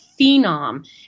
phenom